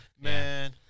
man